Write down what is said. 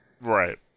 Right